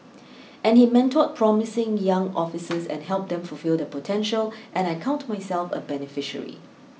and he mentored promising young officers and helped them fulfil their potential and I count myself a beneficiary